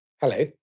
Hello